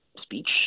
speech